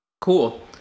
Cool